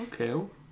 Okay